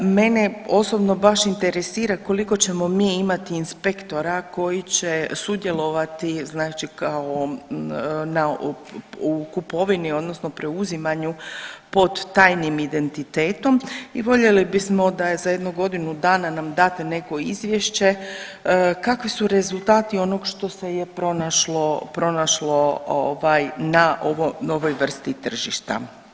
Mene osobno baš interesira koliko ćemo mi imati inspektora koji se sudjelovati u kupovini odnosno preuzimanju pod tajnim identitetom i voljeli bismo da je za jedno godinu dana nam date neko izvješće kakvi su rezultati onog što se je pronašlo na ovoj novoj vrsti tržišta.